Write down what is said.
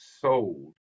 sold